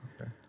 Okay